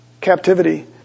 captivity